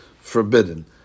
forbidden